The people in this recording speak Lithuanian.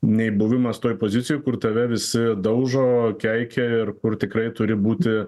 nei buvimas toj pozicijoj kur tave visi daužo keikia ir kur tikrai turi būti